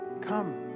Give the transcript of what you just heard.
come